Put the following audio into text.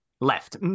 Left